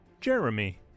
Jeremy